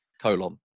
colon